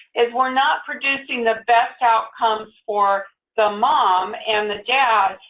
is we're not producing the best outcomes for the mom and the dad,